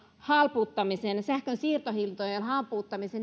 halpuuttamisen sähkön siirtohintojen halpuuttamisen